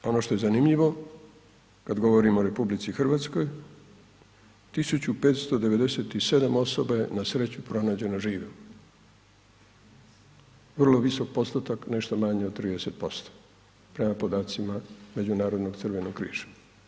Ono što je zanimljivo kad govorim o RH 1.597 osoba je na sreću pronađeno žive, vrlo visok postotak nešto manje od 30%, prema podacima Međunarodnog Crvenog križa.